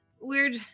weird